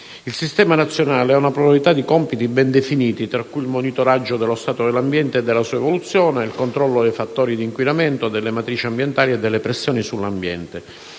Il Sistema nazionale ha una pluralità di compiti ben definiti, tra cui il monitoraggio dello stato dell'ambiente e della sua evoluzione, il controllo dei fattori di inquinamento delle matrici ambientali e delle "pressioni sull'ambiente",